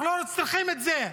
אנחנו לא צריכים את זה.